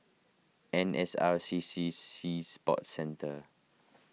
N S R C C Sea Sports Centre